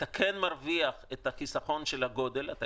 אתה מרוויח את החיסכון של הגודל אתה